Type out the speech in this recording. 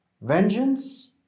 Vengeance